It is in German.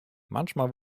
manchmal